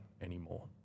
anymore